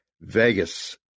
Vegas